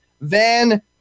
Van